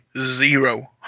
zero